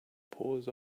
paws